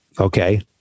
okay